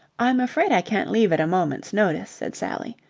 i'm afraid i can't leave at a moment's notice, said sally,